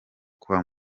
kwa